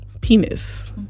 penis